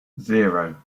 zero